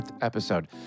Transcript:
episode